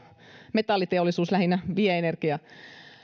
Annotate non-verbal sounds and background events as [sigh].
metalliteollisuus lähinnä vie energiaa [unintelligible] [unintelligible] [unintelligible]